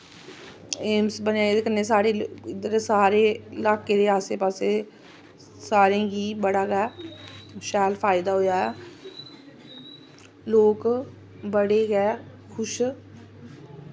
AIIMS बनेआ एह्दै कन्नै साढ़े इध्दर सारे लाह्के दे आस्सै पास्सै सारें गी बड़ा गै शैल फायदा होया ऐ लोग बड़े गै खुश